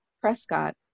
Prescott